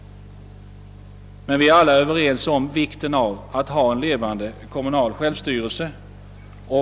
Vi är alla överens om vikten av att ha en levande kommunal självstyrelse.